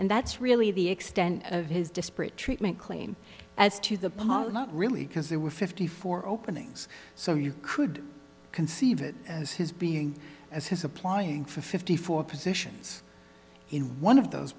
and that's really the extent of his disparate treatment claim as to the not really because there were fifty four openings so you could conceive it as his being as his applying for fifty four positions in one of those